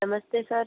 नमस्ते सर